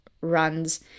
runs